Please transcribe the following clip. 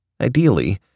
Ideally